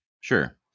Sure